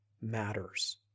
matters